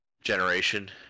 generation